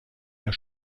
der